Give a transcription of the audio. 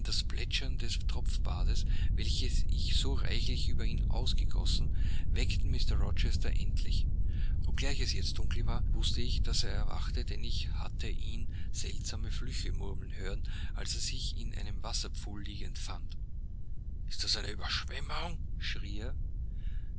das plätschern des tropfbades welches ich so reichlich über ihn ausgegossen weckten mr rochester endlich obgleich es jetzt dunkel war wußte ich daß er erwachte denn ich hatte ihn seltsame flüche murmeln hören als er sich in einem wasserpfuhl liegend fand ist das eine überschwemmung schrie er